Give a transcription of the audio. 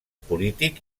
polític